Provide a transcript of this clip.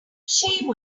shame